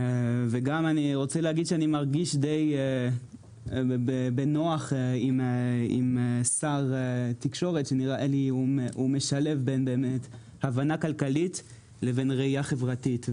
אני מרגיש בנוח עם שר התקשורת שמשלב בין הבנה כלכלית לבין ראייה חברתית.